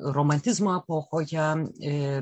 romantizmo epochoje